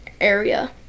area